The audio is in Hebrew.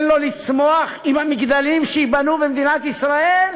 לו לצמוח עם המגדלים שייבנו במדינת ישראל?